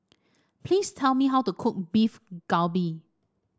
please tell me how to cook Beef Galbi